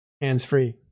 hands-free